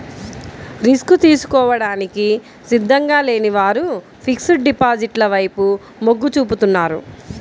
risk తీసుకోవడానికి సిద్ధంగా లేని వారు ఫిక్స్డ్ డిపాజిట్ల వైపు మొగ్గు చూపుతున్నారు